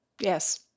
Yes